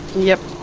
yep.